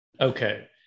Okay